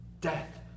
Death